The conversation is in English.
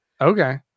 Okay